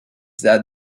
that